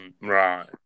right